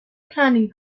planning